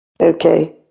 okay